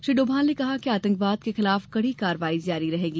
श्री डोभाल ने कहा कि आतंकवाद के खिलाफ कड़ी कार्रवाई जारी रहेगी